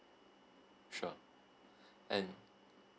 sure and